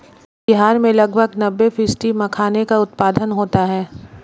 बिहार में लगभग नब्बे फ़ीसदी मखाने का उत्पादन होता है